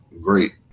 great